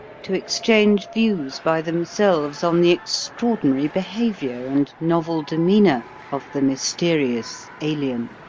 to exchange views by themselves on the extraordinary behaviour and novel demeanour of the mysterious alien.